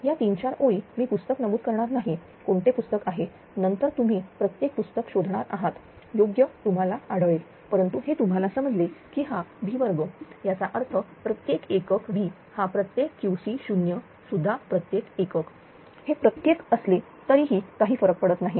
या 3 4 ओळी मी पुस्तक नमूद करणार नाही कोणते पुस्तक आहे नंतर तुम्ही प्रत्येक पुस्तक शोधणार आहातयोग्य तुम्हाला आढळेल परंतु हे तुम्हाला समजले की हा V2 याचा अर्थ प्रत्येक एकक V हा प्रत्येक QC0 सुद्धा प्रत्येक एकक हे प्रत्येक असले तरीही काही फरक पडत नाही